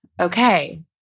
okay